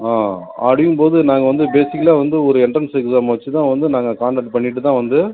ஆ அப்படினும் போது நாங்கள் வந்து பேசிக்கலாக வந்து ஒரு எண்ட்ரன்ஸ் எக்ஸாமு வச்சு தான் நாங்கள் கான்டெக்ட் பண்ணிகிட்டு தான் வந்து